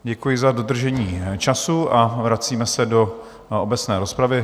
Děkuji za dodržení času a vracíme se do obecné rozpravy.